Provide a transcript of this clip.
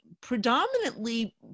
predominantly